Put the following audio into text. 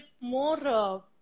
more